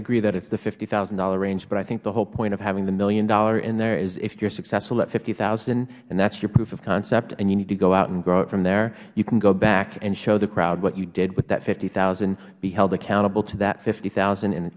agree that it's the fifty thousand dollars range but i think the whole point of having the million dollar in there is if you're successful at fifty thousand dollars and that's your proof of concept and you need to go out and grow it from there you can go back and show the crowd what you did with that fifty thousand dollars be held accountable to that fifty thousand